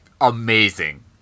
amazing